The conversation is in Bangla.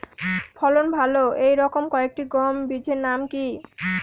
ফলন ভালো এই রকম কয়েকটি গম বীজের নাম কি?